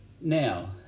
Now